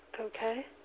Okay